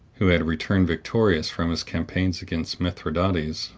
who had returned victorious from his campaigns against mithradates,